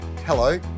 Hello